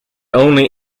only